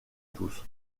tous